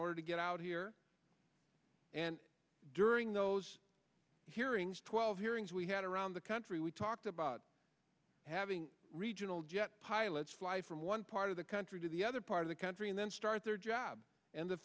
order to get out here and during those hearings twelve hearings we had around the country we talked about having regional jet pilots fly from one part of the country to the other part of the country and then start their job and the